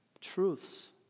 truths